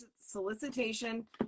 solicitation